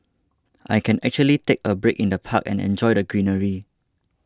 I can actually take a break in the park and enjoy the greenery